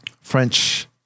French